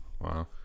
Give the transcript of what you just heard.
wow